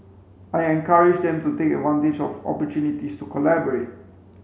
I encourage them to take advantage of opportunities to collaborate